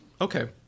Okay